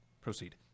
Proceed